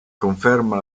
conferma